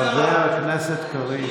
חבר הכנסת קריב,